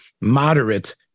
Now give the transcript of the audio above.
moderate